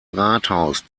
rathaus